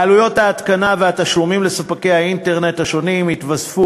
לעלויות ההתקנה והתשלומים לספקי האינטרנט השונים יתווספו